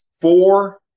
Four